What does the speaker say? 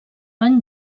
van